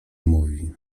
mówi